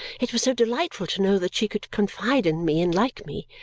it was so delightful to know that she could confide in me and like me!